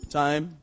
time